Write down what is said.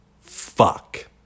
fuck